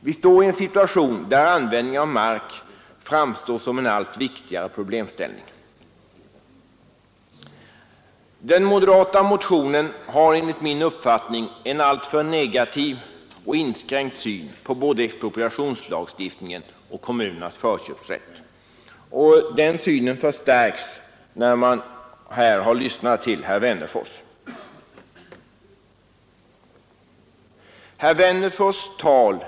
Vi står i en situation där användningen av marken är en allt viktigare problemställning. Den moderata motionen har enligt min uppfattning en alltför negativ och inskränkt syn på både expropriationslagstiftningen och kommunernas förköpsrätt. Den synen förstärks när man här har lyssnat till herr Wennerfors.